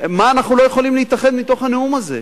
במה אנחנו לא יכולים להתאחד מתוך הנאום הזה?